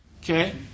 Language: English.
Okay